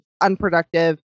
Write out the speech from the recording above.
unproductive